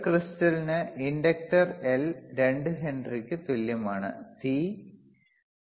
ഒരു ക്രിസ്റ്റലിന് inductor L 2 ഹെൻറിയ്ക്ക് തുല്യമാണ് C 0